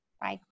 Bye